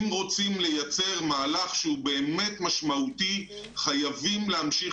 אם רוצים לייצר מהלך שהוא באמת משמעותי חייבים להמשיך